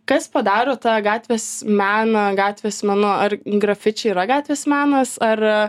kas padaro tą gatvės meną gatvės menu ar grafičiai yra gatvės menas ar